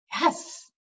Yes